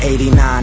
89